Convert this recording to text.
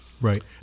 Right